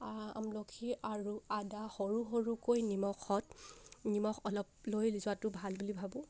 আমলখি আৰু আদা সৰু সৰুকৈ নিমখত নিমখ অলপ লৈ যোৱাটো ভাল বুলি ভাবোঁ